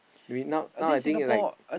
maybe now now I think like